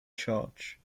church